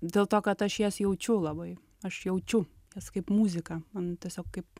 dėl to kad aš jas jaučiu labai aš jaučiu jos kaip muzika man tiesiog kaip